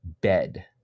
bed